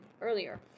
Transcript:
earlier